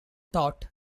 thought